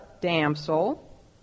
damsel